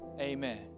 amen